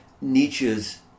Nietzsche's